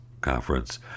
conference